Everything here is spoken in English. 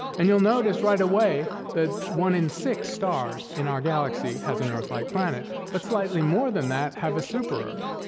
and you'll notice right away that one in six stars in our galaxy has an earth-like planet, but slightly more than that have a super earth.